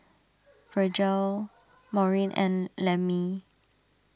Virgle Maureen and Lemmie